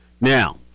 Now